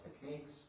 techniques